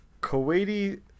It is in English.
kuwaiti